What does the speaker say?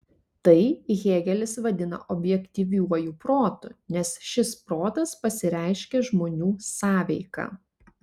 tai hėgelis vadina objektyviuoju protu nes šis protas pasireiškia žmonių sąveika